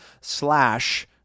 slash